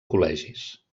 col·legis